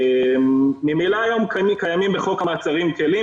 ממילא קיימים היום בחוק המעצרים כלים